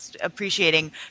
appreciating